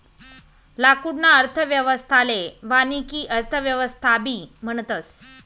लाकूडना अर्थव्यवस्थाले वानिकी अर्थव्यवस्थाबी म्हणतस